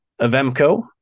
Avemco